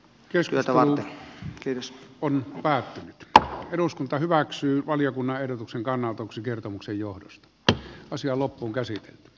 keskeltä valle yritys on päättänyt että eduskunta hyväksyy valiokunnan ehdotuksen kannanotoksi tällainen yhteenveto kansanedustajille toimitettaisiin työtä varten